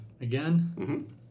Again